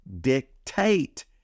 dictate